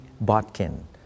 Botkin